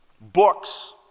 books